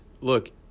look